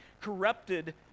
corrupted